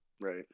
Right